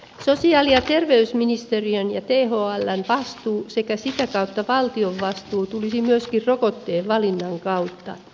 sosiaali ja terveysministeriön ja thln vastuu sekä sitä kautta valtion vastuu tulisi myöskin rokotteen valinnan kautta